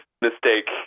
mistake